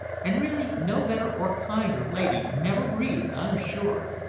and really no better or kinder lady never breathed, i'm sure.